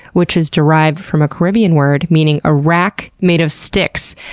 which is derived from a caribbean word meaning a rack made of sticks.